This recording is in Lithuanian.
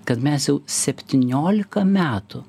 kad mes jau septyniolika metų